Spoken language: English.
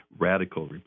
radical